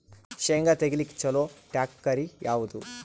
ಶೇಂಗಾ ತೆಗಿಲಿಕ್ಕ ಚಲೋ ಟ್ಯಾಕ್ಟರಿ ಯಾವಾದು?